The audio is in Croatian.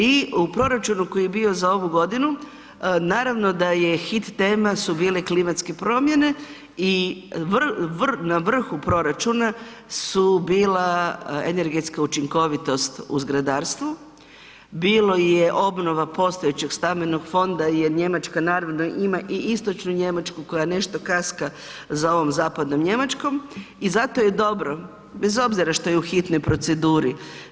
I u proračunu koji je bio za ovu godinu, naravno da je hit tema su bile klimatske promjene i na vrhu proračuna su bila energetska učinkovitost u zgradarstvu, bilo je obnova postojećeg stambenog fonda jer Njemačka naravno ima i istočnu Njemačku koja nešto kaska za ovom zapadnom Njemačkom i zato je dobro, bez obzira što je u hitnoj proceduri.